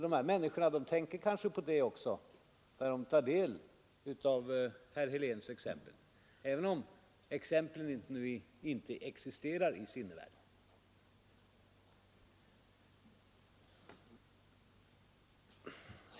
De här människorna kanske tänker också på det när de tar del av herr Heléns exempel — även om exemplen inte existerar i sinnevärlden.